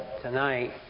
tonight